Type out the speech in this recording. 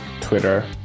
Twitter